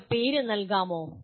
നിങ്ങൾക്ക് പേര് നൽകാമോ